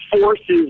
forces